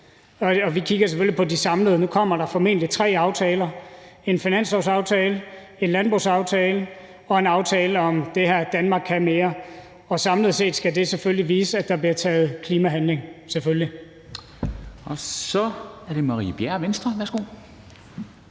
Vi kigger selvfølgelig på det samlet. Nu kommer der formentlig tre aftaler, en finanslovsaftale, en landbrugsaftale og en aftale om det her »Danmark kan mere«, og samlet set skal det selvfølgelig vise, at der bliver taget klimahandling – selvfølgelig.